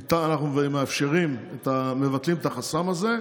עתה אנחנו מאפשרים, מבטלים את החסם הזה.